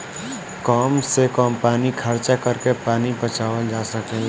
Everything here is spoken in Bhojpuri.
कम से कम पानी खर्चा करके पानी बचावल जा सकेला